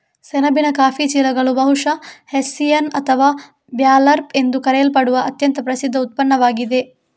ಸೆಣಬಿನ ಕಾಫಿ ಚೀಲಗಳು ಬಹುಶಃ ಹೆಸ್ಸಿಯನ್ ಅಥವಾ ಬರ್ಲ್ಯಾಪ್ ಎಂದು ಕರೆಯಲ್ಪಡುವ ಅತ್ಯಂತ ಪ್ರಸಿದ್ಧ ಉತ್ಪನ್ನವಾಗಿದೆ